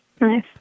Nice